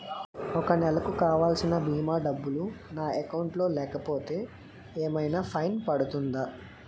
ఒక నెలకు కావాల్సిన భీమా డబ్బులు నా అకౌంట్ లో లేకపోతే ఏమైనా ఫైన్ పడుతుందా?